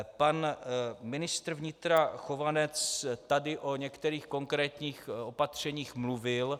Pan ministr vnitra Chovanec tady o některých konkrétních opatřeních mluvil.